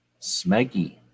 Smeggy